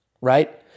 right